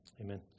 Amen